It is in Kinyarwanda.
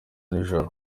n’ijoro